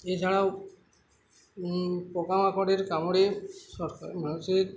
এছাড়াও পোকাামাকড়ের কামড়ে সরকার মানুষের